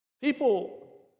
people